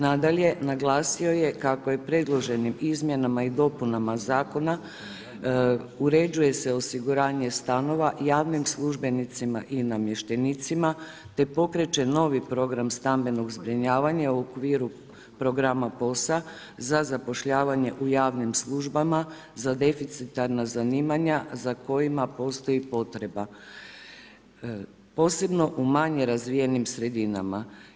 Nadalje, naglasio je kako je predloženim izmjenama i dopunama zakona uređuje se osiguranje stanova javnim službenicima i namještenicima te pokreće novi program stambenog zbrinjavanja u okviru programa POS-a za zapošljavanje u javnim službama za deficitarna zanimanja za kojima postoji potreba, posebno u manje razvijenim sredinama.